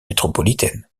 métropolitaine